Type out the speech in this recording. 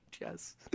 Yes